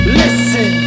listen